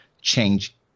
change